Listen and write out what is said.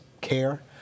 Care